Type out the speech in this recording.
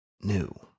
new